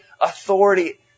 authority